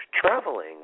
Traveling